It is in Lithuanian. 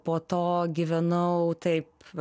po to gyvenau taip